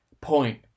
point